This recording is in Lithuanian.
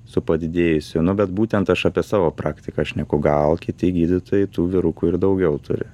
su padidėjusiu nu bet būtent aš apie savo praktiką šneku gal kiti gydytojai tų vyrukų ir daugiau turi